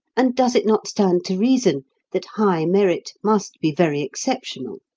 and does it not stand to reason that high merit must be very exceptional?